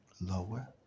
lower